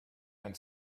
and